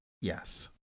yes